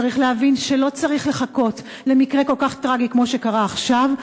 צריך להבין שלא צריך לחכות למקרה כל כך טרגי כמו זה שקרה עכשיו,